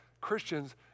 Christians